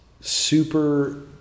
super